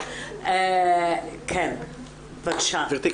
גבירתי,